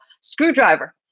screwdriver